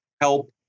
help